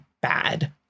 bad